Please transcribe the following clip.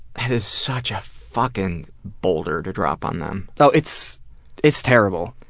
that is such a fucking boulder to drop on them. so it's it's terrible.